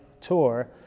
tour